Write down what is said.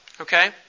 okay